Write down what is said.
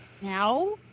now